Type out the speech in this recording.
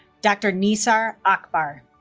dr. nisar akbar